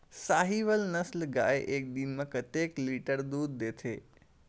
साहीवल नस्ल गाय एक दिन म कतेक लीटर दूध देथे?